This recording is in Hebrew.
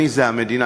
אני זו המדינה,